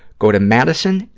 go to madison-reed.